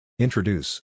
Introduce